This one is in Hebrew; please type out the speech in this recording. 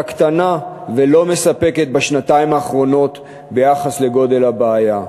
קטנה ולא מספקת בשנתיים האחרונות ביחס לגודל הבעיה.